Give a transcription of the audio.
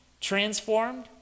transformed